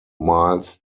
miles